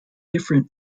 different